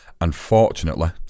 Unfortunately